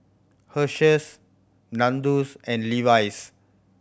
Herschel Nandos and Levi's